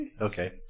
Okay